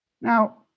Now